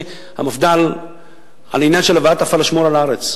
המפד"ל על עניין הבאת הפלאשמורה לארץ.